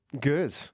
Good